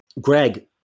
Greg